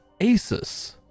ASUS